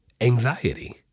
anxiety